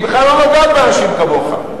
היא בכלל לא נוגעת באנשים כמוך.